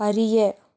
அறிய